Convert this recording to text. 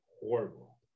horrible